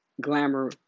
glamour